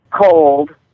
cold